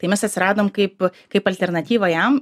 tai mes atsiradom kaip kaip alternatyva jam